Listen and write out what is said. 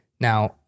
Now